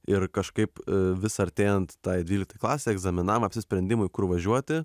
ir kažkaip vis artėjant tai dvyliktai klasei egzaminam apsisprendimui kur važiuoti